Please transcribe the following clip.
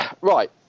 Right